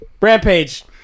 Rampage